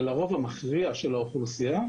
לרוב המכריע של האוכלוסייה.